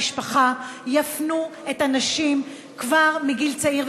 המשפחה יפנו את הנשים כבר בגיל צעיר,